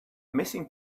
missing